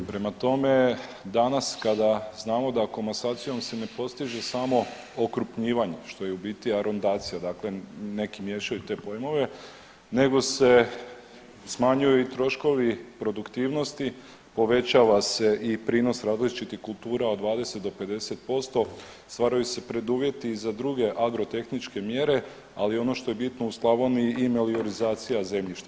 Prema tome, danas kada znamo da komasacijom se ne postiže samo okrupnjivanje što je u biti arundacija, dakle neki miješaju te pojmove, nego se smanjuju i troškovi produktivnosti, povećava se i prinos različitih kultura od 20 do 50%, stvaraju se preduvjeti za druge agrotehničke mjere, ali ono što je bitno u Slavoniji i meliorizacija zemljišta.